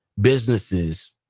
businesses